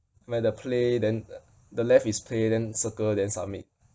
where the play then the left is play then circle then submit